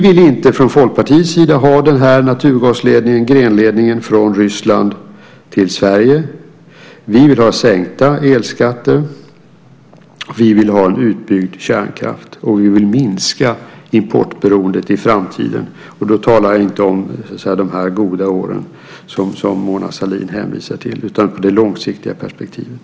Vi från Folkpartiet vill inte ha den här naturgasledningen, grenledningen, från Ryssland till Sverige. Vi vill ha sänkta elskatter. Vi vill ha en utbyggd kärnkraft. Och vi vill minska importberoendet i framtiden. Och då talar jag inte om dessa goda år som Mona Sahlin hänvisar till utan det långsiktiga perspektivet.